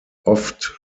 oft